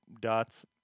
dots